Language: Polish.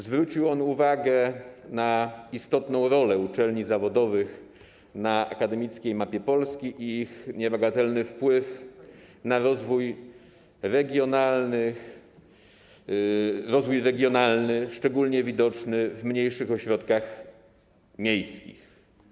Zwrócił on uwagę na istotną rolę uczelni zawodowych na akademickiej mapie Polski i niebagatelny wpływ na rozwój regionalny, szczególnie widoczny w mniejszych ośrodkach miejskich.